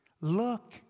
Look